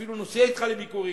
אפילו נוסע אתך לביקורים,